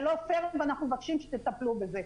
זה לא פייר, ואנחנו מבקשים שתטפלו בזה.